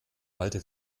alte